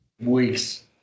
Weeks